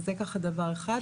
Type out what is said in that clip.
זה דבר אחד.